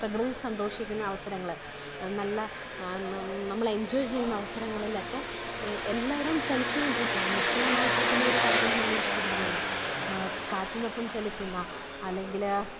പ്രകൃതി സന്തോഷിക്കുന്ന അവസരങ്ങൾ നല്ല നമ്മൾ എൻജോയ് ചെയ്യുന്ന അവസരങ്ങളിലൊക്കെ എല്ലായിടവും ചലിച്ചു കൊണ്ടിരിക്കുകയാണ് നിശ്ചലമായിട്ടിരിക്കുന്നൊരു കാര്യം നമ്മളിഷ്ടപ്പെടുന്നില്ല കാറ്റിനൊപ്പം ചലിക്കുന്ന അല്ലെങ്കിൽ